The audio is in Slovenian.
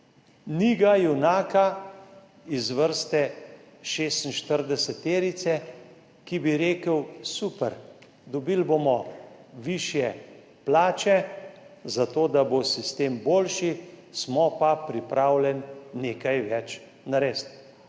Ni ga junaka iz vrste 46, ki bi rekel, super, dobili bomo višje plače, zato da bo sistem boljši, smo pa pripravljeni nekaj več narediti.